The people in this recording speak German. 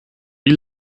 wie